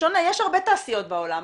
יש הרבה תעשיות בעולם,